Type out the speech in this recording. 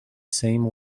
same